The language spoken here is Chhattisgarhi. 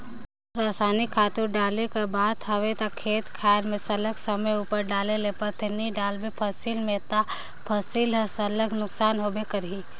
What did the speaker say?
रसइनिक खातू डाले कर बात हवे ता खेत खाएर में सरलग समे उपर डाले ले परथे नी डालबे फसिल में ता फसिल हर सरलग नोसकान होबे करही